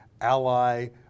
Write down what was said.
ally